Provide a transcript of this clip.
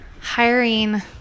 hiring